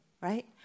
right